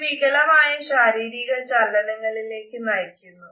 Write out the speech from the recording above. ഇത് വികലമായ ശാരീരിക ചലനങ്ങളിലേക് നയിക്കുന്നു